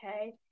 okay